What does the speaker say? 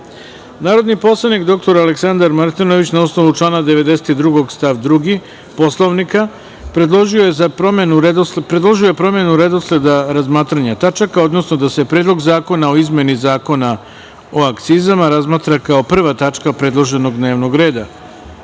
predlog. Narodni poslanik dr Aleksandar Martinović na osnovu člana 92. stav 2. Poslovnika, predložio je promenu redosleda razmatranja tačaka, odnosno da se Predlog zakona o izmeni Zakona o akcizama razmatra kao prva tačka predloženog dnevnog reda. Da